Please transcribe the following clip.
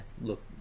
look